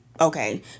okay